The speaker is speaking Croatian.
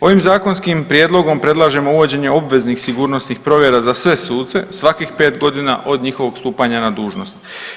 Ovim Zakonskim prijedlogom predlažemo uvođenje obveznih sigurnosnih provjera za sve sudce svakih 5 godina od njihovog stupanja na dužnost.